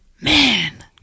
man